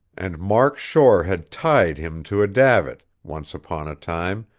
and mark shore had tied him to a davit, once upon a time,